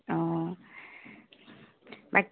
অঁ বাক